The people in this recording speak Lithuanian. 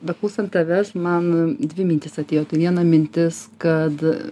beklausant tavęs man dvi mintys atėjo tai viena mintis kad